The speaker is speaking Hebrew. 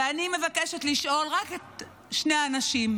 ואני מבקשת לשאול רק את שני האנשים,